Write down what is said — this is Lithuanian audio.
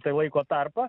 tai laiko tarpą